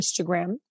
Instagram